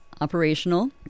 operational